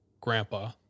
grandpa